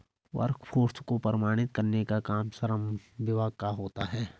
workforce को प्रमाणित करने का काम श्रम विभाग का होता है